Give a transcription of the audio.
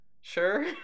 sure